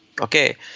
okay